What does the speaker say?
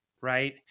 right